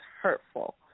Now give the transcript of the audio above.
hurtful